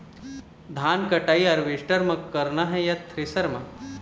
धान कटाई हारवेस्टर म करना ये या थ्रेसर म?